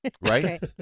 Right